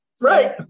Right